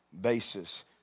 basis